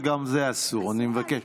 גם זה אסור, אני מבקש.